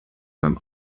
beim